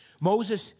Moses